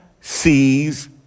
sees